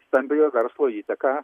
stambiojo verslo įtaka